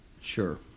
Sure